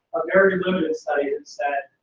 very limited study that said.